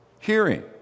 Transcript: hearing